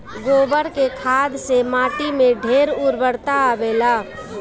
गोबर के खाद से माटी में ढेर उर्वरता आवेला